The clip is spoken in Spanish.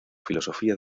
filosofía